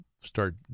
start